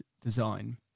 design